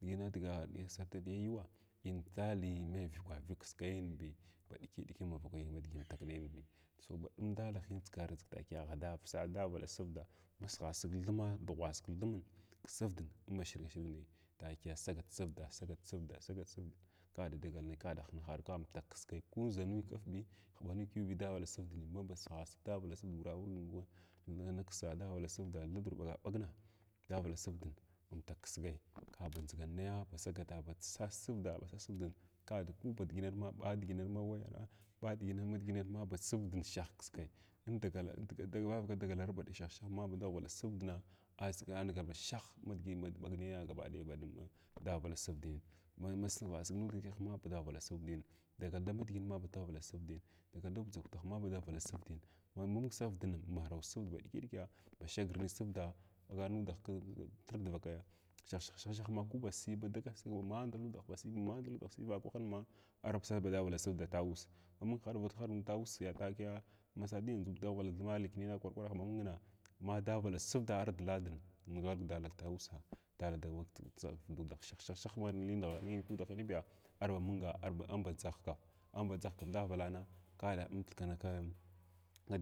Digina diga diya sarta yuwina in da alim nai vyəkwa vyəy kiskaibi ba ɗiki ɗiki marakai bi ma digi antag nai bi so anɗum dalahin adʒigar dʒig takiya dala daghwvala sərda ma sagha sig thumas dughwas kithwmun, ksərdin inba shira shirya nai takiya sagat sərda sərdin sagat sarda sagat sərda ka da dagal kada hinahar ka amtak kiskai ko ʒanuyi kafəbi, hnɓanug kyuwii daghwavala sərdin maba sigha sig daghwvala sərdin maba sigha sig daghwvala sərdin wura wurg dula niksa dala sərda thadur ɓagabagna daghwvala sərdin amtuk kskai kaba ndʒigan nai ba sagata ba sas sərda sas səeda kaba ɓa diginna ɓa diʒinna ma ba sərin shah kiskai dun dagalar vavaka dagalar ba shahshahshah ma ma ba daghwvala sərdin shah kiskai mung dagala vavaka dagali ba shah shah daghwvala sərdin anigal ba shah ma digi iɓagnaya gaba ɗaya ba ɗumma daghvala sərdin ma sava sig nud da hinehma ba daghwvala sərdin dagal dama diginma ba daghwvala sərdin, dagal dagdʒahma ba daghwvala sərdin mamung sərdin harah sərd ba ɗikiɗikiya ba shagir na sərda ɓagan nudah kthir dvakai ba shah shah shah ha kuba siy dagal mandaludah ba si vakwah mandaluɗah s vakwahinma ar sagan ba dughwvala sərd da tu ussa ha hug hndvit havig ti ta uss takiya ha sagan nud daghwvala litinina thma kwar kwarhna ma mung na ma daghwvala sərdin adrda ladinng in daala ta ussa ala tagum dudlgh shah shah shah li nigharay kudaginiya arba munga arba dʒahava am ba dʒhgh daghwalana ka da am thkna kin